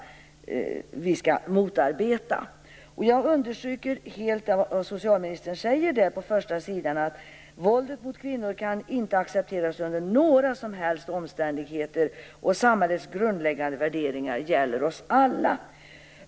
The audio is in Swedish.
Jag understryker allt vad socialministern säger i svaret, att våldet mot kvinnor inte kan accepteras under några som helst omständigheter och att samhällets grundläggande värderingar gäller oss alla.